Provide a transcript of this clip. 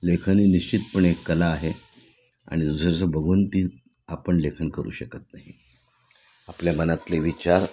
लेखन निश्चित पणे एक कला आहे आणि दुसऱ्याच बघून ती आपण लेखन करू शकत नाही आपल्या मनातले विचार